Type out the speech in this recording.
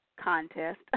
contest